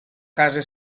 case